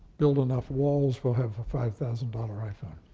build enough walls, we'll have a five thousand dollars iphone.